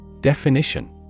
Definition